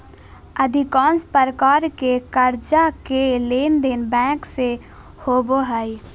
अधिकांश प्रकार के कर्जा के लेनदेन बैंक से होबो हइ